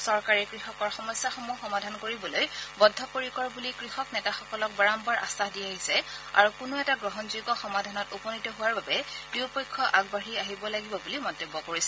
চৰকাৰে কৃষকৰ সমস্যাসমূহ সমাধান কৰিবলৈ বদ্ধপৰিকৰ বুলি কৃষক নেতাসকলক বাৰঘাৰ আশ্বাস দি আহিছে আৰু কোনো এটা গ্ৰহণযোগ্য সমাধানত উপনীত হোৱাৰ বাবে দুয়োপক্ষ আগবাঢ়ি আহিব লাগিব মন্তব্য কৰিছে